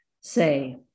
Say